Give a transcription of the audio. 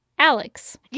Alex